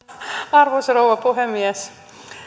arvoisa rouva puhemies